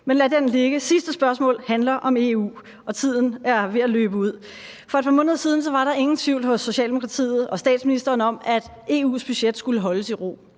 Men lad den ligge. Sidste spørgsmål handler om EU – og tiden er ved at løbe ud. For et par måneder siden var der ingen tvivl hos Socialdemokratiet og statsministeren om, at EU's budget skulle holdes i ro.